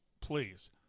Please